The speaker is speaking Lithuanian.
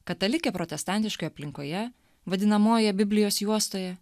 katalikė protestantiškoje aplinkoje vadinamojoje biblijos juostoje